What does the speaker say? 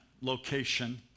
location